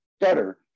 better